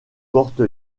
porte